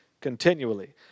continually